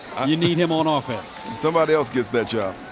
need him on ah offense. somebody else gets that job.